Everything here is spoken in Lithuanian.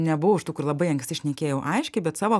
nebuvau iš tų kur labai anksti šnekėjau aiškiai bet savo